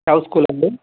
ಯಾವ ಸ್ಕೂಲಲ್ಲಿ